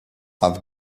have